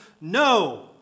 No